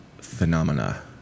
phenomena